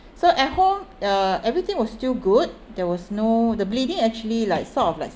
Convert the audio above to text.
so at home uh everything was still good there was no the bleeding actually like sort of like